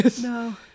no